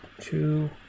Two